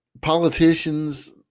politicians